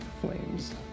flames